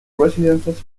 residences